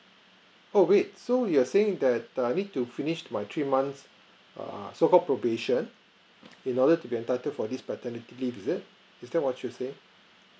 oh wait so you're saying that I need to finish my three months err so called probation in order to be entitled for this paternity leave is it is that what you're saying